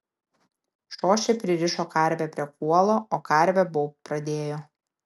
šošė pririšo karvę prie kuolo o karvė baubt pradėjo